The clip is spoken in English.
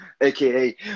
aka